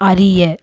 அறிய